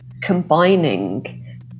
combining